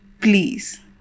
please